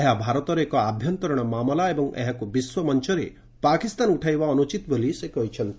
ଏହା ଭାରତର ଏକ ଆଭ୍ୟନ୍ତରୀଣ ମାମଲା ଏବଂ ଏହାକୁ ବିଶ୍ୱ ମଞ୍ଚରେ ପାକିସ୍ତାନ ଉଠାଇବା ଅନୁଚିତ ବୋଲି ସେ କହିଛନ୍ତି